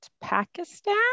Pakistan